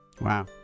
wow